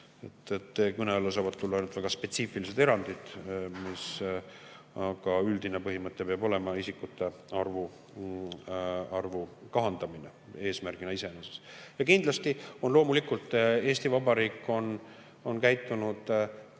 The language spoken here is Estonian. Kõne alla saavad tulla ainult väga spetsiifilised erandid. Aga üldine põhimõte peab olema isikute arvu kahandamine eesmärgina iseeneses. Ja kindlasti on Eesti Vabariik käitunud